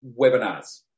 webinars